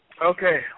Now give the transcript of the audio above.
Okay